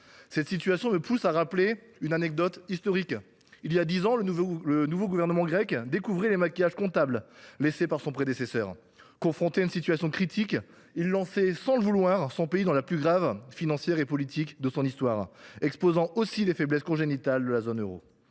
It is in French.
Cette situation m’inspire un rappel historique. Il y a dix ans, le nouveau gouvernement grec découvrait les maquillages comptables laissés par son prédécesseur. Confronté à une situation critique, il lançait sans le vouloir son pays dans la plus grave crise financière et politique de son histoire, exposant aussi, ce faisant, les faiblesses congénitales de la zone euro.